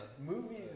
Movies